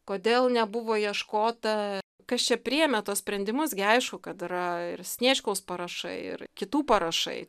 kodėl nebuvo ieškota kas čia priėmė tuos sprendimus gi aišku kad yra ir sniečkaus parašai ir kitų parašai